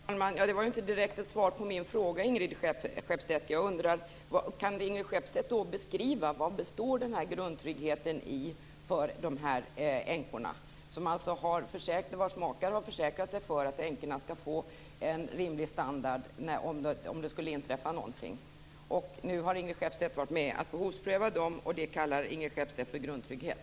Herr talman! Det var inte något direkt svar på min fråga. Kan Ingrid Skeppstedt beskriva vari den grundtryggheten består för dessa kvinnor vars makar har försäkrat sig om att de skall få en rimlig standard om det skulle inträffa någonting? Nu har Ingrid Skeppstedt varit med att behovspröva det. Det kallar hon för grundtrygghet.